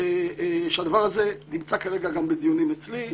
הדבר הזה נמצא כרגע גם בדיונים אצלי,